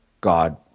God